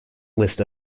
list